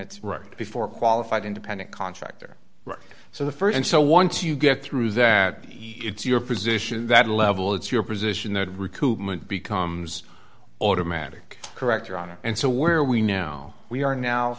it's right before a qualified independent contractor so the st and so once you get through that it's your position that level it's your position that recoupment becomes automatic correct your honor and so where are we now we are now